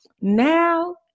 Now